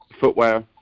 footwear